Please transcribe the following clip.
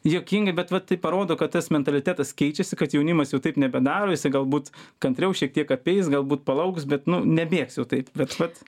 juokingai bet va tai parodo kad tas mentalitetas keičiasi kad jaunimas jau taip nebedaro jisai galbūt kantriau šiek tiek apeis galbūt palauks bet nu nebėgs jau taip bet vat